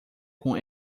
com